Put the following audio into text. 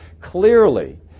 Clearly